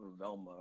Velma